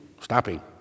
stopping